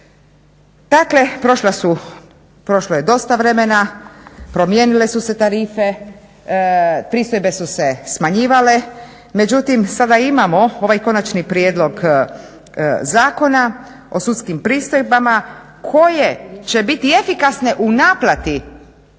Dakle, prošlo je dosta vremena, promijenile su se tarife, pristojbe su se smanjivale, međutim sada imamo ovaj Konačni prijedlog Zakona o sudskim pristojbama koje će biti efikasne u naplati